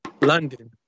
London